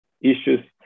issues